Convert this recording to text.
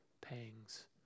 pangs